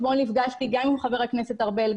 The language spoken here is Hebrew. אתמול נפגשתי גם עם חבר הכנסת ארבל,